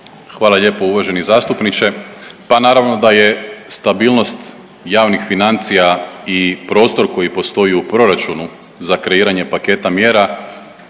Hvala lijepo uvaženi zastupniče. Pa naravno da je stabilnost javnih financija i prostor koji postoji u proračunu za kreiranje paketa mjera